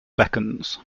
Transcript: beckons